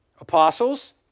Apostles